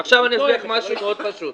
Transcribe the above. אגיד לך דבר פשוט מאוד.